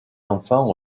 enfants